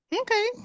Okay